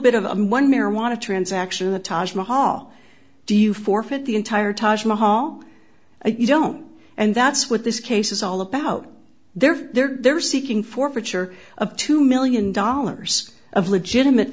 bit of a one marijuana transaction the taj mahal do you forfeit the entire taj mahal you don't and that's what this case is all about they're they're they're seeking forfeiture of two one million dollars of legitimate